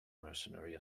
mercenary